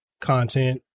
content